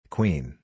Queen